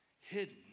Hidden